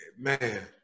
Man